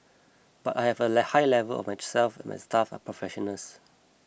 but I have a high level of trust that my staff are professionals